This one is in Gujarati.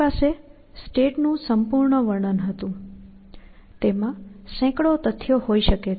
આપણી પાસે સ્ટેટનું સંપૂર્ણ વર્ણન હતું તેમાં સેંકડો તથ્યો હોઈ શકે છે